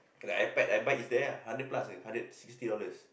like iPad I buy is there ah hundred plus aje hundred sixty dollars